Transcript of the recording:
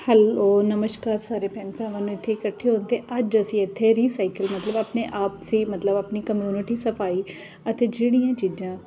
hello ਨਮਸਕਾਰ ਸਾਰੇ ਭੈਣ ਭਰਾਵਾਂ ਨੂੰ ਇੱਥੇ ਇਕੱਠੇ ਹੋਣ 'ਤੇ ਅੱਜ ਅਸੀਂ ਇੱਥੇ ਰੀਸਾਈਕਲ ਮਤਲਬ ਆਪਣੇ ਆਪ ਸੇ ਮਤਲਬ ਆਪਣੀ ਕਮਿਊਨਿਟੀ ਸਫਾਈ ਅਤੇ ਜਿਹੜੀਆਂ ਚੀਜ਼ਾਂ